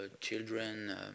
children